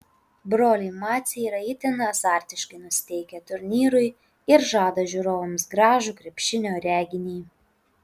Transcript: broliai maciai yra itin azartiškai nusiteikę turnyrui ir žada žiūrovams gražų krepšinio reginį